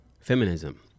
feminism